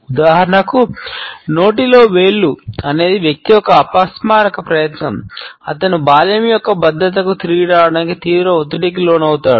ఉదాహరణకు నోటిలో వేళ్లు ప్రయత్నం అతను బాల్యం యొక్క భద్రతకు తిరిగి రావడానికి తీవ్ర ఒత్తిడికి లోనవుతాడు